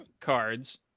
cards